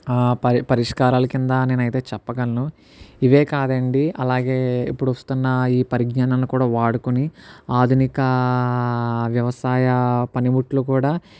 పరి పరిష్కారాల కింద నేను అయితే చెప్పగలను ఇవే కాదండి అలాగే ఇప్పుడు వస్తున్న ఈ పరిజ్ఞానాన్ని కూడా వాడుకుని ఆధునిక వ్యవసాయ పనిముట్లు కూడా